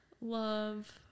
Love